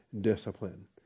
discipline